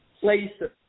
places